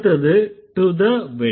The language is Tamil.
அடுத்தது to the wedding